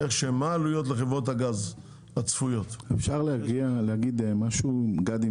מה העלויות הצפויות לחברות הגז?